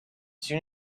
soon